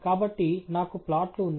కాబట్టి నాకు ప్లాట్లు ఉన్నాయి